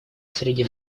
среди